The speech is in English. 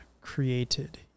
created